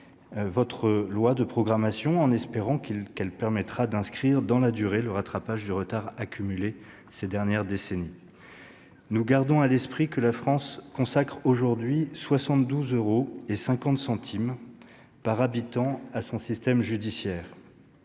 de loi de programmation, en espérant que celui-ci permettra d'inscrire dans la durée le rattrapage du retard accumulé ces dernières décennies. Gardons à l'esprit que la France consacre aujourd'hui 72,50 euros par habitant à son système judiciaire,